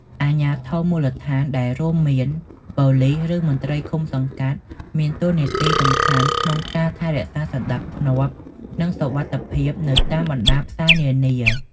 អាជ្ញាធរមូលដ្ឋាន ដែលរួមមាន ប៉ូលិស ឬ មន្ត្រីឃុំសង្កាត់មានតួនាទីសំខាន់ក្នុងការថែរក្សាសណ្ដាប់ធ្នាប់ និងសុវត្ថិភាពនៅតាមបណ្ដាផ្សារនានា។